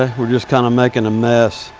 ah we're just kinda making a mess.